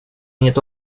inget